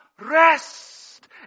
rest